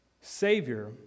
Savior